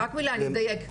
רק מילה אני אדייק,